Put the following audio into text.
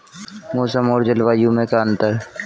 मौसम और जलवायु में क्या अंतर?